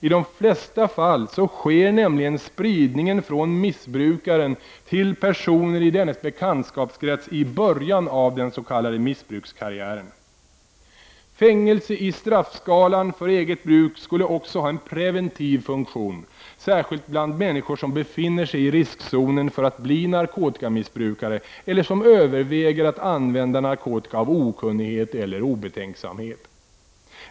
I de flesta fall sker nämligen spridningen från missbrukaren till personer i dennes bekantskapskrets i början av den s.k. missbrukskarriären. Fängelse i straffskalan för eget bruk skulle också ha en preventiv funktion, särskilt bland människor som befinner sig i riskzonen för att bli narkotikamissbrukare eller som överväger att använda narkotika av okunnighet eller obetänksamhet.